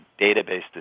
database